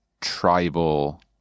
tribal